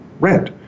rent